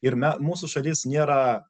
ir me mūsų šalis nėra